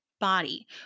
body